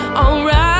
alright